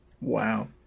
Wow